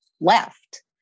left